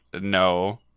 no